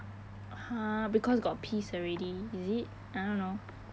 !huh! because got piece already is it I don't know